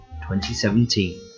2017